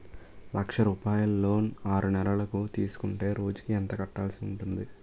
లక్ష రూపాయలు లోన్ ఆరునెలల కు తీసుకుంటే రోజుకి ఎంత కట్టాల్సి ఉంటాది?